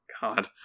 God